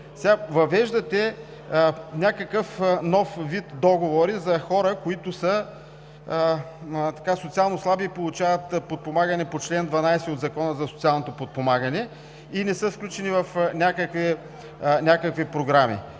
член. Въвеждате някакъв нов вид договори за хора, които са социално слаби и получават подпомагане по чл. 12 от Закона за социалното подпомагане и не са включени в някакви програми.